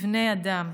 כבני אדם,